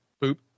poop